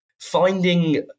Finding